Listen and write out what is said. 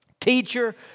teacher